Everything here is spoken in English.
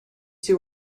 two